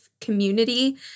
community